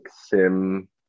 Sim